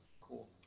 Cool